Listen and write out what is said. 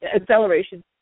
acceleration